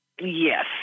Yes